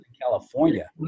California